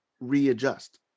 readjust